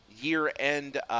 year-end